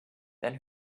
then